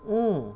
mm